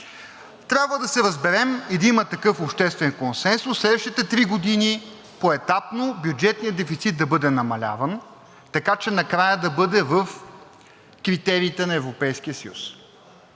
трябва да се разберем, за да има такъв обществен консенсус следващите три години поетапно бюджетният дефицит да бъде намаляван, така че накрая да бъде в критериите на Европейския съюз,